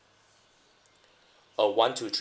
uh one to three